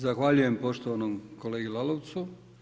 Zahvaljujem poštovanom kolegi Lalovcu.